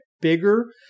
bigger